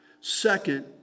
Second